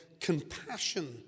compassion